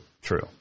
true